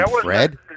Fred